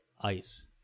ice